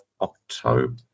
October